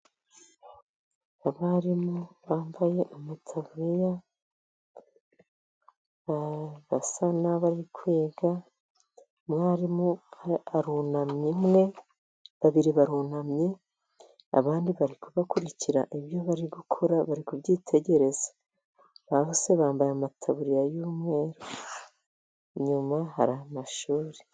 Abarimu bambaye amataburiya basa n'abari kwiga, umwarimu arunamye umwe, babiri barunamye abandi bari gukurikira ibyo bari gukora, bari kubyitegereza, bose bambaye amataburiya y'umweru, inyuma hari amashuri.